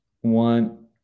One